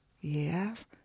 Yes